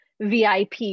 VIP